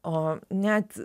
o net